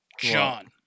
John